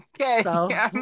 okay